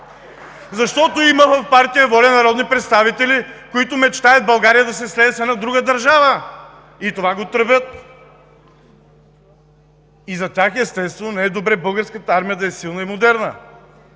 Защото в партия ВОЛЯ има народни представители, които мечтаят България да се слее с една друга държава! И това го тръбят. За тях, естествено, не е добре Българската армия да е силна и модерна.